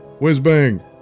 Whizbang